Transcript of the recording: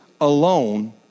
alone